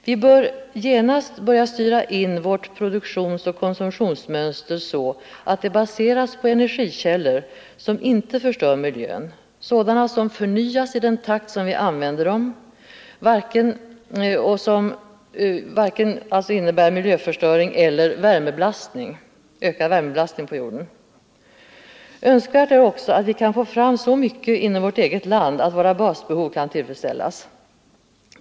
Vi bör genast börja styra in våra produktionsoch konsumtionsmönster så att de baseras på energikällor som förnyas i den takt som vi använder dem och som inte innebär miljöförstöring, varken genom förorening eller genom ökad värmebelastning på jorden. Önskvärt är också att vi kan få fram så mycket inom vårt eget land att våra basbehov kan tillfredsställas.